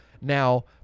now